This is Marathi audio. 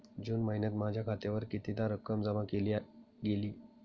जून महिन्यात माझ्या खात्यावर कितीदा रक्कम जमा केली गेली?